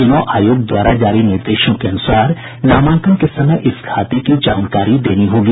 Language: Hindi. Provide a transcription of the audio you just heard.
चुनाव आयोग द्वारा जारी निर्देशों के अनुसार नामांकन के समय इस खाते की जानकारी देनी होगी